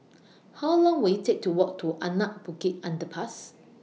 How Long Will IT Take to Walk to Anak Bukit Underpass